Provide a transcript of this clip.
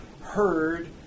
heard